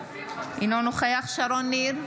אינו נוכח שרון ניר,